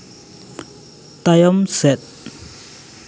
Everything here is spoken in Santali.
ᱛᱟᱭᱚᱢ ᱥᱮᱫ